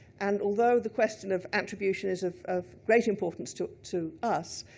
and although the question of attribution is of of great importance to to us,